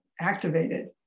activated